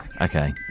Okay